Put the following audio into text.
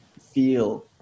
feel